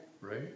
Right